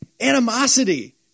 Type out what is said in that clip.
animosity